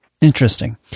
Interesting